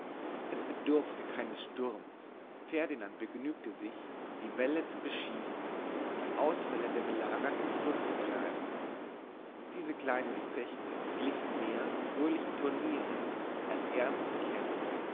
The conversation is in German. es bedurfte keines sturms ferdinand begnügte sich die wälle zu beschießen und die ausfälle der belagerten zurückzutreiben diese kleinen gefechte glichen mehr fröhlichen turnieren als ernsten kämpfen